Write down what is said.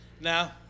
Now